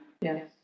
Yes